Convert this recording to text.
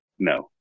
No